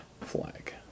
flag